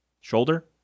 Shoulder